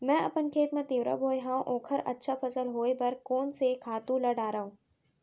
मैं अपन खेत मा तिंवरा बोये हव ओखर अच्छा फसल होये बर कोन से खातू ला डारव?